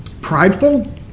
prideful